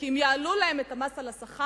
כי אם יעלו להם את המס על השכר,